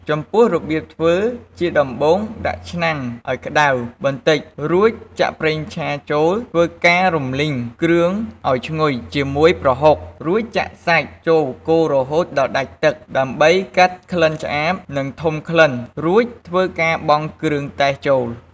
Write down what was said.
ចំពោះរបៀបធ្វើជាដំបូងដាក់ដាំឆ្នាំងឲ្យក្តៅបន្តិចរួចចាក់ប្រេងឆាចូលធ្វើការរុំលីងគ្រឿងឲ្យឈ្ងុយជាមួយប្រហុករួចចាក់សាច់ចូលកូររហូតដល់ដាច់ទឹកដើម្បីកាត់ក្លិនឆ្អាបនិងធុំក្លិនរួចធ្វើការបង់គ្រឿងទេសចូល។